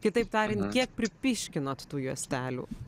kitaip tariant kiek pripyškinot tų juostelių